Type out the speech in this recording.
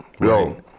Yo